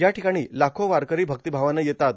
या ठिकाणी लाखो वारकरी भक्तीभावानं येतात